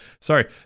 Sorry